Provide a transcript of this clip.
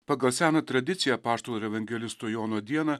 pagal seną tradiciją apaštalo ir evangelisto jono dieną